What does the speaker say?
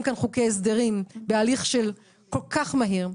כאן חוקי הסדרים בהליך כל כך מהיר,